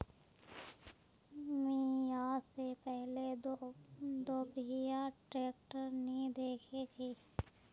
मी या से पहले दोपहिया ट्रैक्टर नी देखे छी